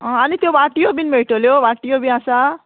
आं आनी त्यो वाटयो बीन मेळटल्यो वांटयो बी आसा